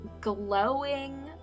glowing